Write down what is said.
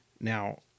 Now